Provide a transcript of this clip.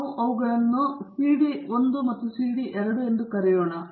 ನಾವು ಅವುಗಳನ್ನು ಸಿಡಿ 1 ಮತ್ತು ಸಿಡಿ 2 ಎಂದು ಕರೆಯೋಣ